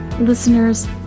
Listeners